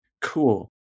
Cool